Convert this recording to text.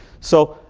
so,